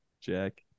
Jack